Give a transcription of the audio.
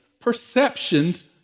perceptions